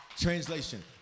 Translation